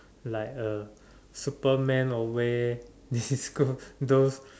like uh superman will wear those